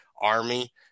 army